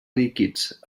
líquids